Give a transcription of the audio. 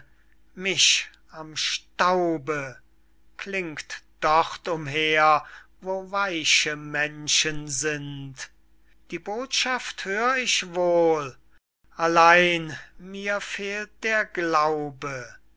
mich am staube klingt dort umher wo weiche menschen sind die botschaft hör ich wohl allein mir fehlt der glaube